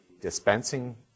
dispensing